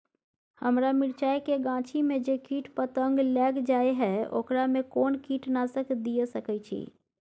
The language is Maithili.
हमरा मिर्चाय के गाछी में जे कीट पतंग लैग जाय है ओकरा में कोन कीटनासक दिय सकै छी?